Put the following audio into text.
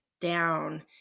down